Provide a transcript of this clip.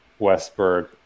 Westberg